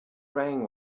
rang